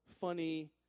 funny